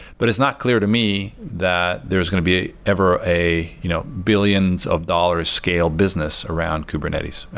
but is not clear to me that there is going to be ever a you know billions of dollars scale business around kubernetes,